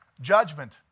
Judgment